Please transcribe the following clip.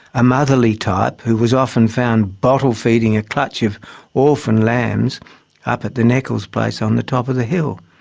a motherly type who was often found bottle feeding a clutch of orphan lambs up at the nekel's place on the top of the hill.